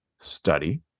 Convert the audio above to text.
study